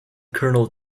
colonel